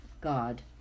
God